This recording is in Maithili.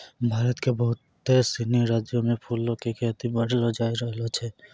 भारत के बहुते सिनी राज्यो मे फूलो के खेती बढ़लो जाय रहलो छै